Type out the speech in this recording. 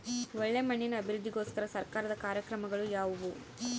ಒಳ್ಳೆ ಮಣ್ಣಿನ ಅಭಿವೃದ್ಧಿಗೋಸ್ಕರ ಸರ್ಕಾರದ ಕಾರ್ಯಕ್ರಮಗಳು ಯಾವುವು?